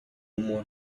more